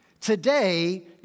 today